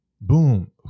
Boom